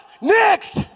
Next